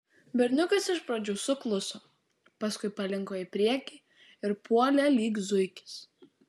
berniukas iš pradžių sukluso paskui palinko į priekį ir puolė lyg zuikis